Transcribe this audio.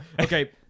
Okay